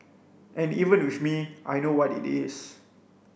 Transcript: and even with me I know what it is